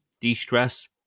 de-stress